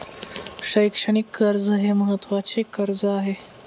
शैक्षणिक कर्ज हे महत्त्वाचे कर्ज आहे